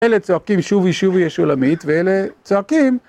אלה צועקים שובי, שובי השולמית, ואלה צועקים...